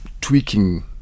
tweaking